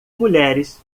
mulheres